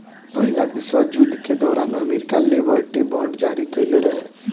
पहिला विश्व युद्ध के दौरान अमेरिका लिबर्टी बांड जारी कईले रहे